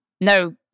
no